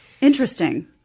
Interesting